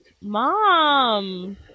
Mom